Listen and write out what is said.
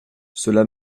cela